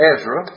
Ezra